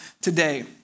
today